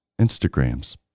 Instagrams